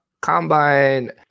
Combine